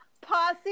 posse